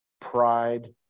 pride